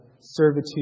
servitude